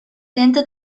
centro